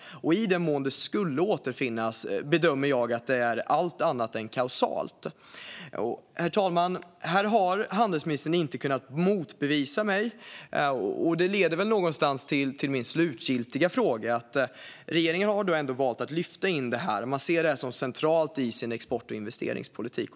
Och i den mån det skulle återfinnas bedömer jag att det är allt annat än kausalt. Herr talman! Här har handelsministern inte kunnat motbevisa mig, och det leder väl till min slutgiltiga fråga. Regeringen har ändå valt att lyfta in detta. Man ser det som centralt i sin export och investeringspolitik.